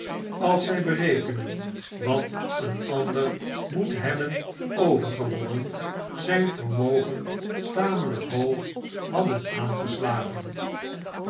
als zij berekenen wat een ander moet hebben overgewonnen zijn vermogen tamelijk hoog hadden aangeslagen